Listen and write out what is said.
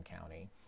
County